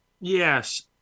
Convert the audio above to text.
Yes